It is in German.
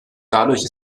dadurch